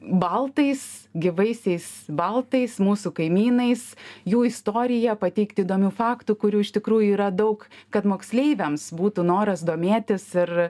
baltais gyvaisiais baltais mūsų kaimynais jų istorija pateikti įdomių faktų kurių iš tikrųjų yra daug kad moksleiviams būtų noras domėtis ir